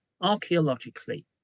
archaeologically